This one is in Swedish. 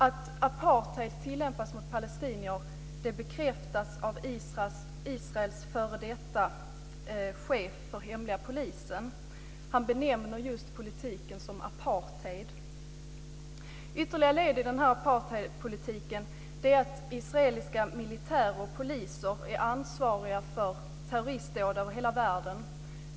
Att apartheid tillämpas mot palestinier bekräftas av Israels f.d. chef för hemliga polisen. Han benämner just politiken som apartheid. Ytterligare led i denna apartheidpolitik är att israeliska militärer och poliser är ansvariga för terroristdåd över hela världen.